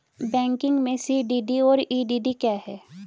Banking में CDD और EDD क्या हैं?